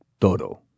Toro